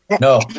No